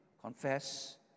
confess